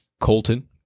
Colton